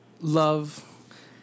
Love